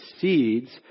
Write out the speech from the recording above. seeds